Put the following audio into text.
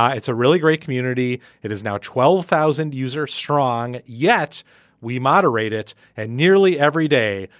ah it's a really great community. it is now twelve thousand user strong yet we moderate it and nearly every day.